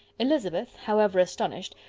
elizabeth, however astonished,